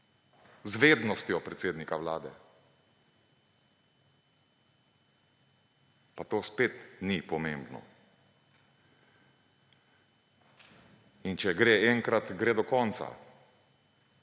z vednostjo predsednika Vlade. Pa to spet ni pomembno. In če gre enkrat, gre do konca.